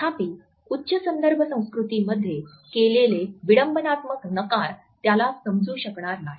तथापि उच्च संदर्भ संस्कृतीमध्ये केलेला विडंबनात्मक नकार त्याला समजू शकणार नाही